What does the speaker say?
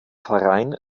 verein